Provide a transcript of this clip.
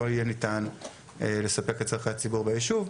יהיה ניתן לספק את צרכי הציבור ביישוב,